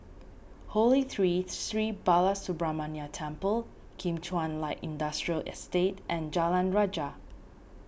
Holy Tree Sri Balasubramaniar Temple Kim Chuan Light Industrial Estate and Jalan Rajah